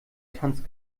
tanzt